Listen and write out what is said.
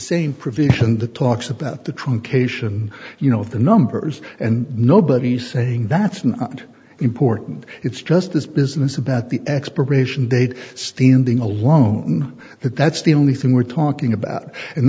same provision the talks about the truncation you know the numbers and nobody's saying that's not important it's just this business about the expiration date standing alone that that's the only thing we're talking about and